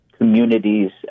communities